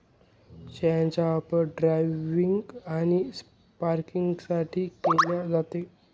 शेळ्यांचा वापर ड्रायव्हिंग आणि पॅकिंगसाठी केला जातो